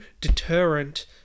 deterrent